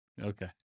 Okay